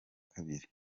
kabiri